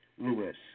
Lewis